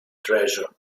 treasure